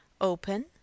open